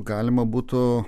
galima būtų